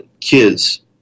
Kids